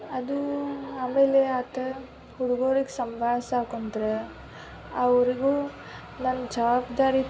ಅದೂ ಆಮೇಲೆ ಆತು ಹುಡುಗುರಿಗೆ ಸಂಭಾಳಿಸ್ತಾ ಕುಂತ್ರೆ ಅವ್ರಿಗೂ ಒಂದು ಜವಾಬ್ದಾರಿ